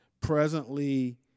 Presently